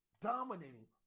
dominating